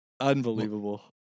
Unbelievable